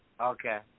Okay